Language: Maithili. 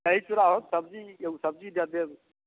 दही चूड़ा हो सब्जी एगो सब्जी दए देब